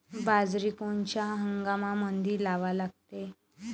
बाजरी कोनच्या हंगामामंदी लावा लागते?